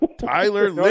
Tyler